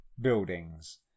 buildings